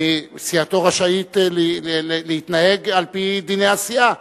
סיעתו רשאית להתנהג על-פי דיני הסיעה,